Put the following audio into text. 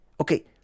Okay